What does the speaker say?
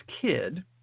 kid